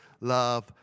love